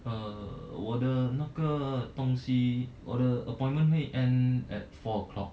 uh 我的那个东西我的 appointment 会 end at four o'clock